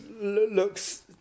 looks